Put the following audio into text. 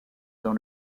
dans